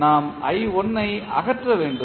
நாம் ஐ அகற்ற வேண்டும்